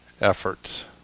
efforts